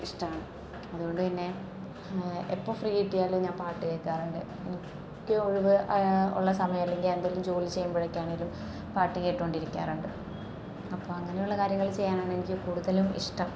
ഇഷ്ടമാണ് അതുകൊണ്ടു തന്നെ എപ്പോൾ ഫ്രീ കിട്ടിയാലും ഞാൻ പാട്ട് കേൾക്കാറുണ്ട് എനിക്ക് ഒഴിവ് ഉള്ള സമയം അല്ലെങ്കിൽ എന്തെങ്കിലും ജോലി ചെയ്യുമ്പോഴൊക്കെ ആണെങ്കിലും പാട്ട് കേട്ടുകൊണ്ടിരിക്കാറുണ്ട് അപ്പം അങ്ങനെയുള്ള കാര്യങ്ങൾ ചെയ്യാനാണ് എനിക്ക് കൂടുതലും ഇഷ്ടം